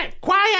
Quiet